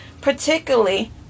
particularly